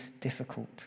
difficult